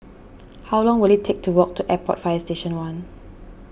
how long will it take to walk to Airport Fire Station one